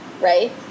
right